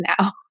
now